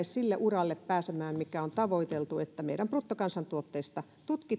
sille uralle mitä on tavoiteltu että meidän bruttokansantuotteesta